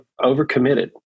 overcommitted